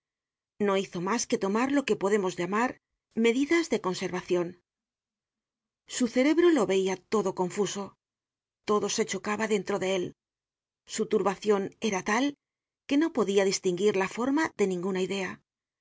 no hizo mas que tomar lo que podemos llamar medidas de conserva cion su cerebro lo veia todo confuso todo se chocaba dentro de él su turbacion era tal que no podia distinguir la forma de ninguna idea